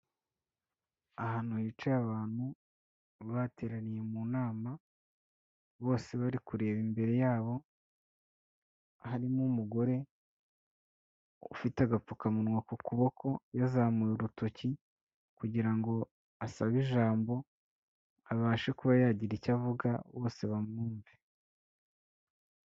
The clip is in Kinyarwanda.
Ahantu hicaye abantu bateraniye mu nama, bose bari kureba imbere yabo, harimo umugore ufite agapfukamunwa ku kuboko yazamuraye urutoki kugira ngo asabe ijambo abashe kuba yagira icyo avuga bose bamwumve.